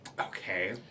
Okay